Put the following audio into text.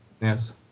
Yes